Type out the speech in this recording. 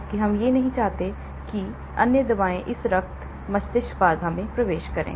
जबकि हम नहीं चाहते हैं कि अन्य दवाएं इस रक्त मस्तिष्क बाधा में प्रवेश करें